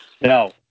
No